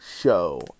show